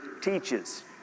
teaches